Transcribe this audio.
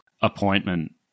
appointment